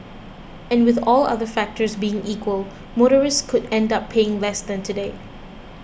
and with all other factors being equal motorists could end up paying less than today